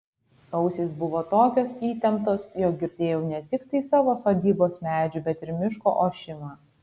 ausys buvo tokios įtemptos jog girdėjau ne tiktai savo sodybos medžių bet ir miško ošimą